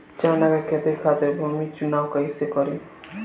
चना के खेती खातिर भूमी चुनाव कईसे करी?